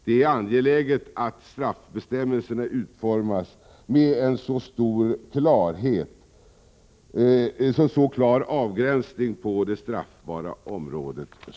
Det är angeläget att straffbestäm melserna utformas med en så klar avgränsning som möjligt av det straffbara — Nr 135 området.